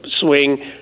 swing